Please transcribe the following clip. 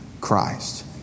Christ